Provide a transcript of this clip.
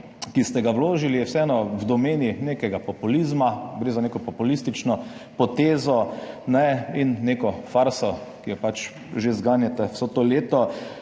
ki ste ga vložili, vseeno v domeni nekega populizma. Gre za neko populistično potezo in neko farso, ki jo zganjate že vse to leto.